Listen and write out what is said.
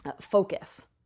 focus